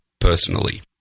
personally